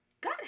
God